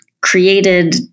created